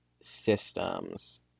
systems